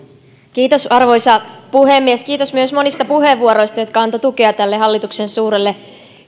kiitos arvoisa puhemies kiitos myös monista puheenvuoroista jotka antoivat tukea tälle hallituksen suurelle